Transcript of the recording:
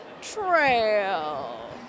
trail